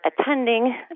attending